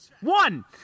One